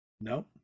No